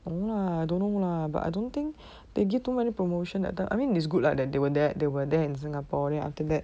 no lah don't know lah I don't think they give too many promotion that time I mean is good like they were there they were there in singapore then after that